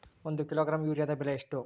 ಒಂದು ಕಿಲೋಗ್ರಾಂ ಯೂರಿಯಾದ ಬೆಲೆ ಎಷ್ಟು?